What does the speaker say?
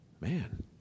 man